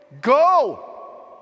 Go